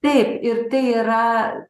taip ir tai yra